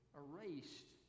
erased